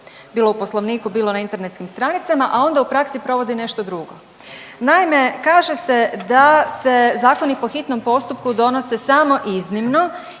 bilo u poslovniku, bilo na internetskim stranicama, a onda u praksi provodi nešto drugo. Naime, kaže se da se zakoni po hitnom postupku donose samo iznimno